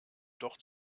doch